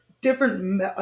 different